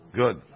good